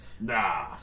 Nah